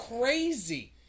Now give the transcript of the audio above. crazy